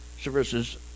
services